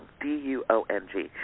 D-U-O-N-G